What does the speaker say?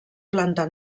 planta